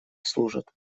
служат